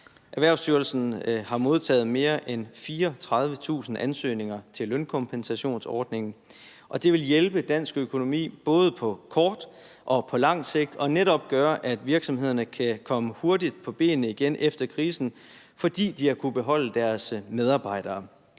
Erhvervsstyrelsen har modtaget mere end 34.000 ansøgninger til lønkompensationsordningen, og det vil hjælpe dansk økonomi, både på kort og på lang sigt, og netop gøre, at virksomhederne kan komme hurtigt på benene igen efter krisen, fordi de har kunnet beholde deres medarbejdere.